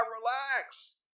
relax